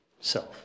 self